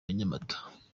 nyamata